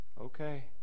Okay